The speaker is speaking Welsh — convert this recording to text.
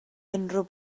unrhyw